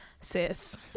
Sis